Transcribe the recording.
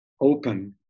open